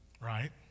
Right